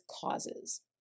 causes